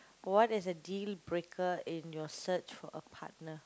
what is a dealbreaker in your search for a partner